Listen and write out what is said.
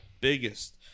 biggest